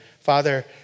father